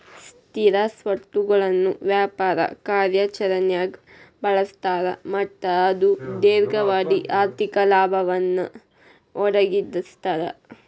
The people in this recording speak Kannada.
ಸ್ಥಿರ ಸ್ವತ್ತುಗಳನ್ನ ವ್ಯಾಪಾರ ಕಾರ್ಯಾಚರಣ್ಯಾಗ್ ಬಳಸ್ತಾರ ಮತ್ತ ಅದು ದೇರ್ಘಾವಧಿ ಆರ್ಥಿಕ ಲಾಭವನ್ನ ಒದಗಿಸ್ತದ